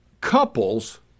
couples